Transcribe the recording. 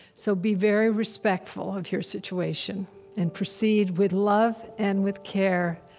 so be very respectful of your situation and proceed with love and with care,